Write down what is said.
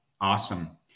awesome